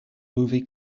movie